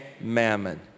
mammon